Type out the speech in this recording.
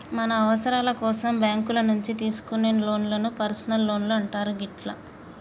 మన అవసరాల కోసం బ్యేంకుల నుంచి తీసుకునే లోన్లను పర్సనల్ లోన్లు అంటారు గిట్లా